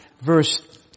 verse